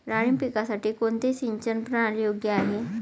डाळिंब पिकासाठी कोणती सिंचन प्रणाली योग्य आहे?